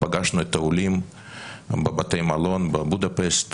פגשנו את העולים בבתי מלון בבודפשט,